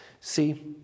See